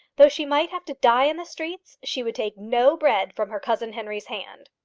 though she might have to die in the streets, she would take no bread from her cousin henry's hand.